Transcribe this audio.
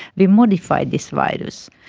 we modify this virus,